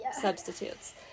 substitutes